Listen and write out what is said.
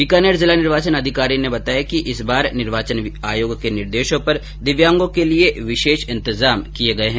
बीकानेर जिला निर्वाचन अधिकारी ने बताया कि इस बार निर्वाचन आयोग के निर्देशों पर दिव्यांगों के लिए विशेष इन्तजाम किए जा रहे है